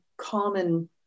common